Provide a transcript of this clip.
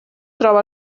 troba